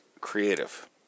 creative